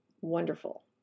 wonderful